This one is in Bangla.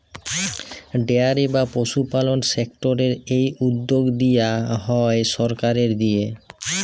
ডেয়ারি বা পশুপালল সেক্টরের এই উদ্যগ লিয়া হ্যয় সরকারের দিঁয়ে